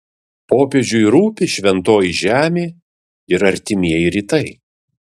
popiežiui rūpi šventoji žemė ir artimieji rytai